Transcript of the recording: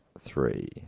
three